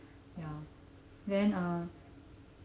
yeah then uh